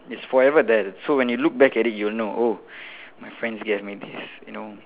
it's forever there so when you look back at it you will know oh my friends gave me this you know